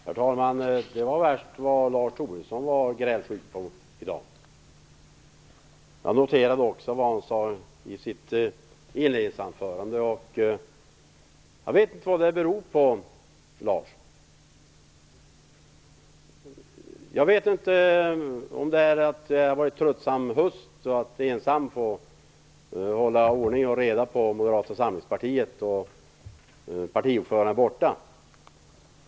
Herr talman! Det var värst vad Lars Tobisson var grälsjuk i dag. Jag noterade också vad han sade i sitt inledningsanförande. Jag vet inte vad det beror på. Jag vet inte om det beror på att det har varit en tröttsam höst och att han ensam har fått hålla ordning och reda på Moderata samlingspartiet då partiordföranden varit borta.